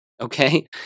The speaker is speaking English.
Okay